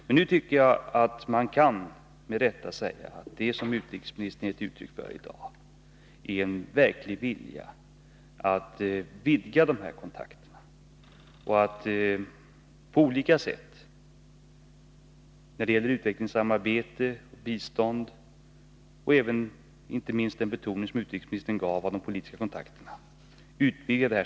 Men nu kan man med rätta säga att det som utrikesministern i dag har gett uttryck för är en verklig vilja att vidga dessa kontakter och att på olika sätt främja utvecklingssamarbete och, inte minst, politiska kontakter, vilka utrikesministern särskilt betonade.